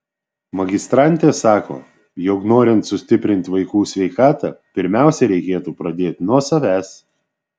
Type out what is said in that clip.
magistrantė sako jog norint sustiprinti vaikų sveikatą pirmiausia reikėtų pradėti nuo savęs